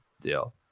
deal